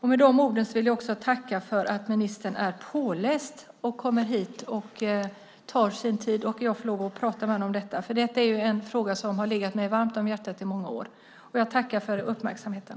Med de orden vill jag också tacka för att ministern är påläst, att han använder sin tid till att komma hit och att jag får lov att prata med honom om detta. Detta är en fråga som har legat mig varmt om hjärtat i många år. Jag tackar för uppmärksamheten.